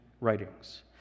writings